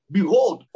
Behold